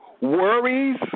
worries